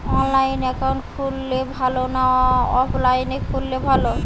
অনলাইনে একাউন্ট খুললে ভালো না অফলাইনে খুললে ভালো?